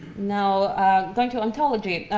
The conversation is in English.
now going to ontology,